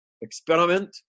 experiment